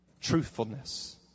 Truthfulness